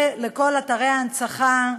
לכל אתרי ההנצחה,